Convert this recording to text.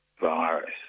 virus